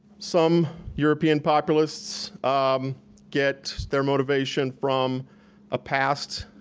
some european populists um get their motivation from a past,